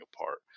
apart